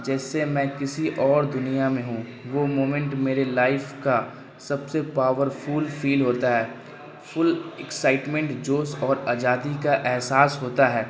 جیسے میں کسی اور دنیا میں ہوں وہ مومنٹ میرے لائف کا سب سے پاورفل فیل ہوتا ہے فل ایکسائٹمنٹ جوش اور آزادی کا احساس ہوتا ہے